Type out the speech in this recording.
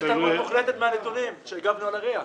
מוחלטת מהנתונים, כשהגבנו על ה-RIA.